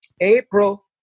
April